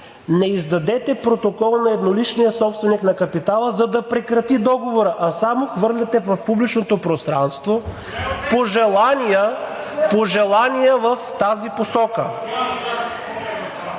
не издадете протокол на едноличния собственик на капитала, за да прекрати договора, а само хвърляте в публичното пространство пожелания в тази посока?